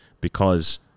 because-